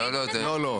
לא, לא.